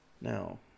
Now